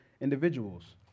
individuals